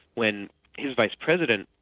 when he was vice president,